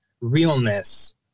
realness